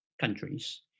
countries